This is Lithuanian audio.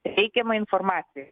reikiamą informaciją